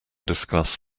discuss